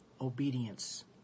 obedience